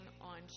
on